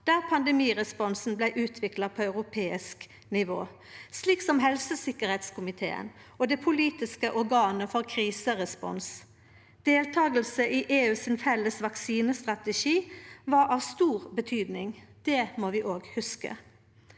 der pandemiresponsen blei utvikla på europeisk nivå, slik som helsesikkerheitskomiteen og det politiske organet for kriserespons. Deltaking i EUs felles vaksinestrategi var av stor betydning. Det må vi òg hugse.